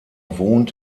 wohnt